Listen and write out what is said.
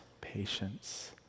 patience